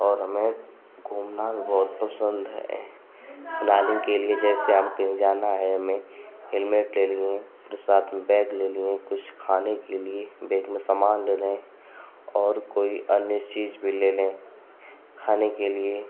और हमें घूमना बहुत पसन्द है प्लानिन्ग के लिए जैसे हम कहीं जाना है हमें हेलमेट ले लिए और साथ में बैग ले लिए कुछ खाने के लिए बैग में सामान ले लें और कोई अन्य चीज़ भी ले लें खाने के लिए